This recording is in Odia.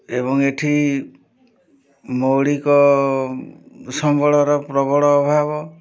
ଏବଂ ଏଠି ମୌଳିକ ସମ୍ବଳର ପ୍ରବଳ ଅଭାବ